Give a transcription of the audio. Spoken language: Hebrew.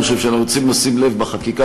אני חושב שאנחנו צריכים לשים לב בחקיקה